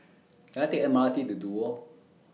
Can I Take M R T to Duo